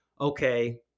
okay